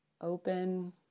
open